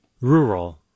Rural